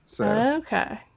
Okay